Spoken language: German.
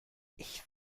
ich